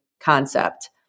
concept